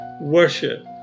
worship